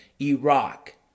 Iraq